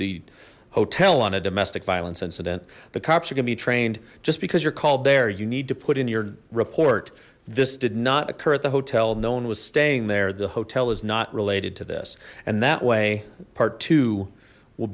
the hotel on a domestic violence incident the cops are gonna be trained just because you're called there you need to put in your report this did not occur at the hotel no one was staying there the hotel is not related to this and that way part two will